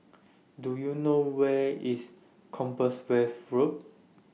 Do YOU know Where IS Compassvale Road